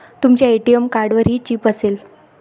तुमच्या ए.टी.एम कार्डवरही चिप असेल